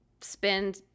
spend